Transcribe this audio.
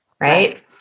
right